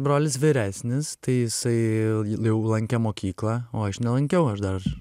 brolis vyresnis tai jisai jau lankė mokyklą o aš nelankiau aš dar